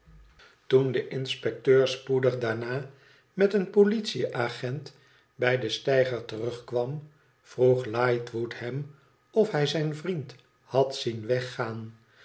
toen de inspecteur spoedig daarna met een politie-agent bij den steiger temgkwam vroeg lightwood hem of hij zijn vriend had zien weggaan